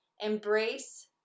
Embrace